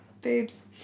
Boobs